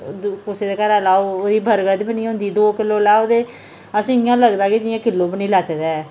कुसै दे घरै दा लैओ ओह्दी बरगत बी नेईं होंदी दो किल्लो लैओ ते असें इ'यां लगदा के जि'यां किल्लो बी नेईं लैते दा ऐ